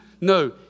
No